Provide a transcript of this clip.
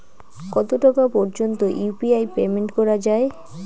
কত টাকা পর্যন্ত ইউ.পি.আই পেমেন্ট করা যায়?